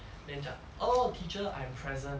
then 讲 oh teacher I'm present